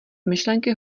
myšlenky